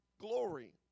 glory